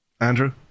Andrew